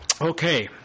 Okay